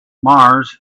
mars